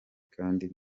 kandi